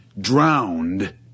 drowned